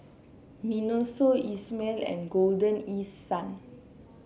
Miniso Isomil and Golden East Sun